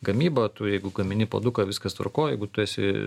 gamyba tu jeigu gamini puoduką viskas tvarkoj jeigu tu esi